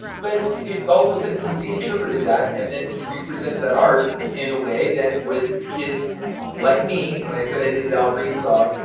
but it all of a sudden he reinterpreted that and then he represented that art in a way that was his like me when i said i did the al green song,